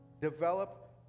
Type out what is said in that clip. develop